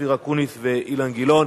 אופיר אקוניס ואילן גילאון.